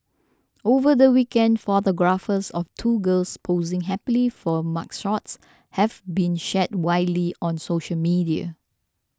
over the weekend photographs of two girls posing happily for mugshots have been shared widely on social media